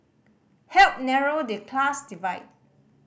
help narrow the class divide